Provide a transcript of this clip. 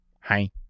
Hi